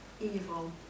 evil